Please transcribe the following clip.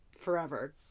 forever